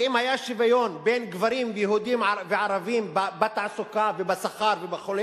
שאם היה שוויון בין גברים יהודים וערבים בתעסוקה ובשכר וכו',